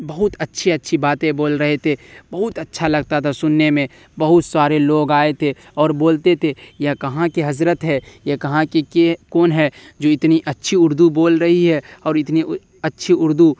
بہت اچھے اچھی باتیں بول رہے تھے بہت اچھا لگتا تھا سننے میں بہت سارے لوگ آئے تھے اور بولتے تھے یہ کہاں کے حضرت ہے یہ کہاں کے کے کون ہیں جو اتنی اچھی اردو بول رہی ہے اور اتنی اچھی اردو